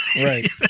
Right